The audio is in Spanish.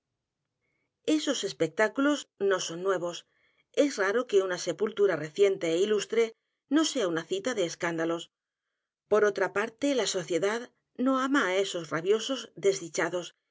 esos espectáculos no son nuevos es raro que una sepultura reciente é ilustre no sea una cita de escándalos por otra parte la sociedad no ama á esos rabiosos